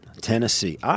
Tennessee